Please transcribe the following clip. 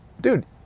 Dude